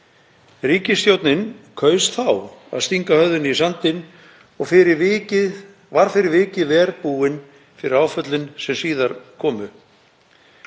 Ríkisstjórnin kaus þá að stinga höfðinu í sandinn og var fyrir vikið verr búin fyrir áföllin sem síðar komu.